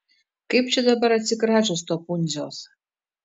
kaip čia dabar atsikračius to pundziaus